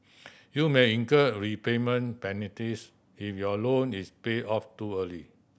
you may incur prepayment penalties if your loan is paid off too early